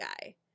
guy